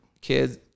kids